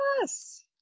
Yes